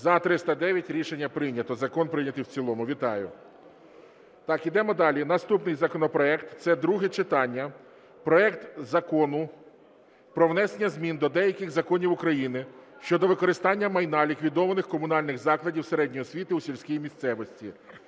За-309 Рішення прийнято. Закон прийнято в цілому. Вітаю. Так, ідемо далі. Наступний законопроект, це друге читання, проект Закону про внесення змін до деяких законів України щодо використання майна ліквідованих комунальних закладів середньої освіти у сільській місцевості,